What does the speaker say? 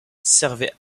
servait